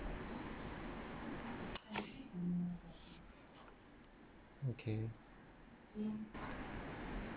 okay